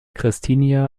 pristina